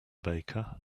baker